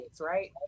right